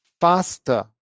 faster